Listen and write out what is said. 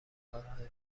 کارهای